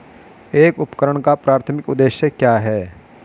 एक उपकरण का प्राथमिक उद्देश्य क्या है?